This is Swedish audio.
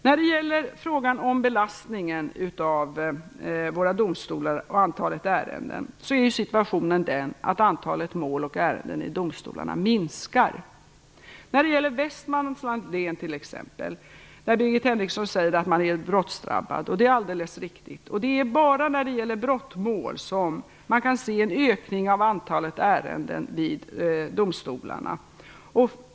När det gäller frågan om belastningen av våra domstolar och antalet ärenden är situationen att antalet mål och ärenden i domstolarna minskar. Birgit Henriksson säger att man i Västmanlands län är brottsdrabbad, vilket är alldeles riktigt. Det är bara när det gäller brottmål som man kan se en ökning av antalet ärenden vid domstolarna.